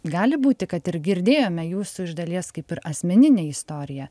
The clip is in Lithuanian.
gali būti kad ir girdėjome jūsų iš dalies kaip ir asmeninę istoriją